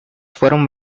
fueron